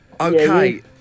Okay